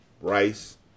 rice